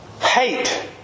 Hate